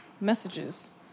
messages